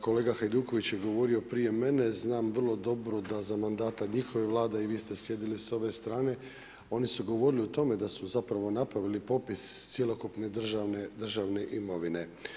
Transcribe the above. Kolega Hajduković je govorili prije mene, znam vrlo dobro da za mandata njihove Vlade a i vi ste sjedili s ove strane oni su govorili o tome da su zapravo napravili popis cjelokupne državne imovine.